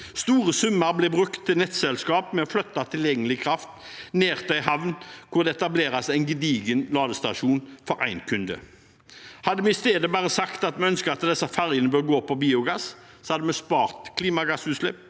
Store summer blir brukt til nettselskap for å flytte tilgjengelig kraft ned til en havn hvor det etableres en gedigen ladestasjon for én kunde. Hadde vi i stedet sagt at vi ønsket at disse fergene skulle gå på biogass, hadde vi spart klimagassutslipp,